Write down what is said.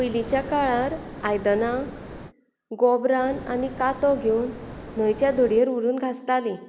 पयलींच्या काळार आयदनां गोबरान आनी काथो घेवन न्हंयच्या धडयेर व्हरून घांसतालीं